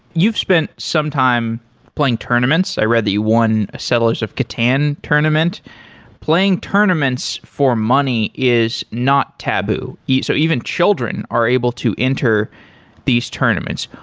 you've spent some time playing tournaments. i read that you won a settlers of catan tournament playing tournaments for money is not taboo. so even children are able to enter these tournaments.